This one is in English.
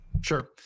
Sure